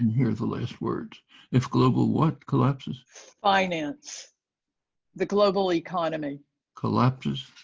here the last words if global what collapses finance the global economy collapses